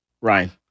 Ryan